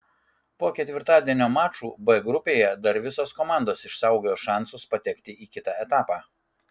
po ketvirtadienio mačų b grupėje dar visos komandos išsaugojo šansus patekti į kitą etapą